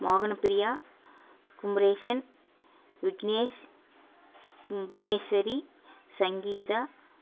மோகன பிரியா குமரேசன் விக்னேஷ் பு புவனேஸ்வரி சங்கீதா